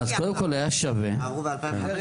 קודם כל, היה שווה להגיע.